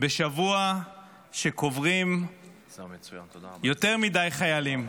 בשבוע שקוברים יותר מדי חיילים.